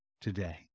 today